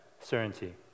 certainty